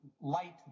light